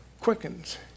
quickens